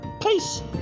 peace